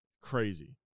Crazy